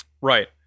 Right